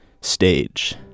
stage